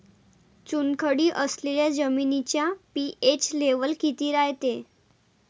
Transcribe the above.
चुनखडी असलेल्या जमिनीचा पी.एच लेव्हल किती रायते?